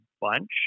bunch